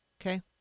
Okay